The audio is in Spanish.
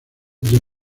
del